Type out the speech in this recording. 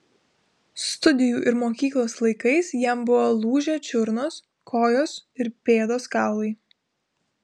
studijų ir mokyklos laikais jam buvo lūžę čiurnos kojos ir pėdos kaulai